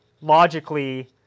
Logically